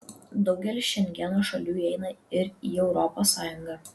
daugelis šengeno šalių įeina ir į europos sąjungą